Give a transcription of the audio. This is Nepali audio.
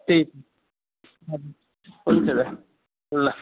त्यही त हजुर हुन्छ त ल